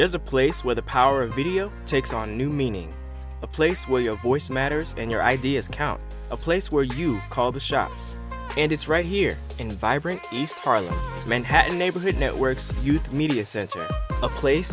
there's a place where the power of video takes on new meaning a place where your voice matters and your ideas count a place where you call the shots and it's right here in vibrant east harlem manhattan neighborhood networks youth media center a place